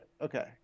Okay